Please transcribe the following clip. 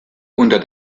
unter